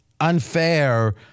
unfair